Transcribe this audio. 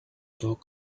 doug